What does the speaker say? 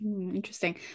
Interesting